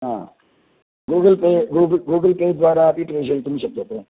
हा Google Pay Google Google Pay द्वारा अपि प्रेशयितुं शक्यते